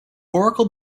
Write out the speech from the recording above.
oracle